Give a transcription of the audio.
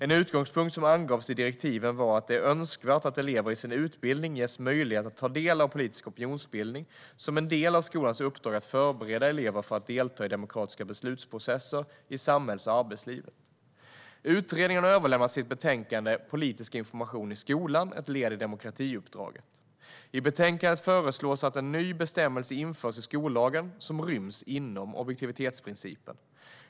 En utgångspunkt som angavs i direktiven var att det är önskvärt att elever i sin utbildning ges möjlighet att ta del av politisk opinionsbildning som en del av skolans uppdrag att förbereda elever för att delta i demokratiska beslutsprocesser i samhälls och arbetslivet. Utredningen har överlämnat sitt betänkande Politisk information i skolan - ett led i demokratiuppdraget . I betänkandet föreslås att en ny bestämmelse, som ryms inom objektivitetsprincipen, införs i skollagen.